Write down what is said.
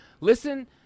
listen